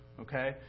okay